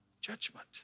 judgment